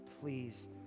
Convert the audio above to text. please